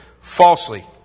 Falsely